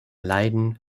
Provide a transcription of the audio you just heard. leiden